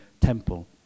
temple